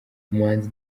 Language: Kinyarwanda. umuhanzi